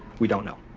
we don't know,